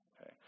okay